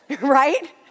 right